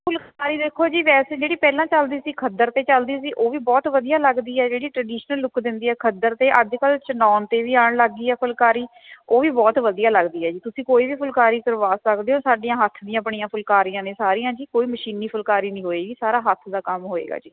ਫੁੱਲਕਾਰੀ ਦੇਖੋ ਜੀ ਵੈਸੇ ਜਿਹੜੀ ਪਹਿਲਾਂ ਚੱਲਦੀ ਸੀ ਖੱਦਰ ਤੇ ਚੱਲਦੀ ਸੀ ਉਹ ਵੀ ਬਹੁਤ ਵਧੀਆ ਲੱਗਦੀ ਆ ਜਿਹੜੀ ਟ੍ਰਡੀਸ਼ਨਲ ਲੁੱਕ ਦਿੰਦੀ ਆ ਖੱਦਰ ਅਤੇ ਅੱਜ ਕੱਲ਼੍ਹ ਚਨੋਣ 'ਤੇ ਵੀ ਆਉਣ ਲੱਗ ਗਈ ਆ ਫੁੱਲਕਾਰੀ ਉਹ ਵੀ ਬਹੁਤ ਵਧੀਆ ਲੱਗਦੀ ਆ ਜੀ ਤੁਸੀਂ ਕੋਈ ਵੀ ਫੁੱਲਕਾਰੀ ਕਰਵਾ ਸਕਦੇ ਓ ਸਾਡੀਆਂ ਹੱਥ ਦੀਆਂ ਬਣੀਆਂ ਫੁੱਲਕਾਰੀਆਂ ਨੇ ਸਾਰੀਆਂ ਜੀ ਕੋਈ ਮਸ਼ੀਨੀ ਫੁੱਲਕਾਰੀ ਨੀ ਹੋਏਗੀ ਸਾਰਾ ਹੱਥ ਦਾ ਕੰਮ ਹੋਏਗਾ ਜੀ